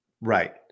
Right